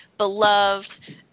beloved